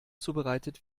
zubereitet